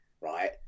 right